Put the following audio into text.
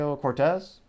Cortez